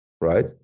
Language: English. right